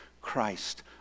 Christ